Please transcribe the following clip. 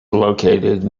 located